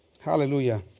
Hallelujah